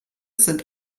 sind